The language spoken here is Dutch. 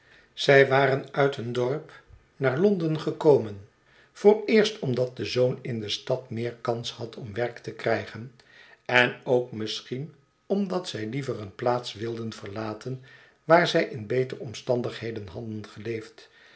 zij waren uit een dorp naar londen gekomen vooreerst omdat de zoon in de stad meer kans had om werk te krijgen en ook misschien omdat zij liever een plaats wild en verlaten waar zij in beter omstandigheden hadden geleefd